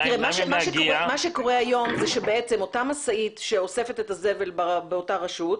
מה שקורה היום זה שבעצם אותה משאית שאוספת את הזבל באותה רשות,